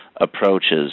approaches